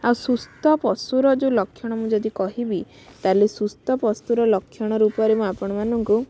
ଆଉ ସୁସ୍ଥ ପଶୁର ଯେଉଁ ଲକ୍ଷଣ ମୁଁ ଯଦି କହିବି ତା'ହେଲେ ସୁସ୍ଥ ପଶୁର ଲକ୍ଷଣ ରୂପରେ ମୁଁ ଆପଣମାନଙ୍କୁ